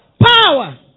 Power